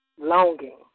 longing